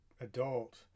adult